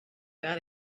got